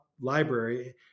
library